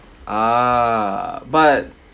ah but